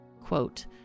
Quote